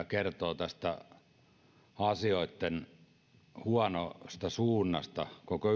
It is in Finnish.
kertoo tästä asioitten huonosta suunnasta koko